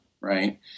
right